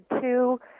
two